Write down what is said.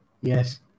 yes